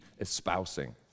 espousing